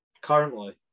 currently